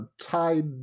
tied